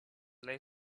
lay